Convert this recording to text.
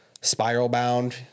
spiral-bound